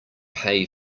pay